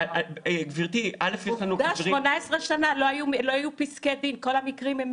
עובדה ש-18 שנה לא היו פסקי דין, כל המקרים הם